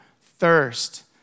thirst